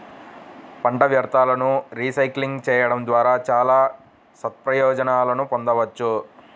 పంట వ్యర్థాలను రీసైక్లింగ్ చేయడం ద్వారా చాలా సత్ప్రయోజనాలను పొందవచ్చు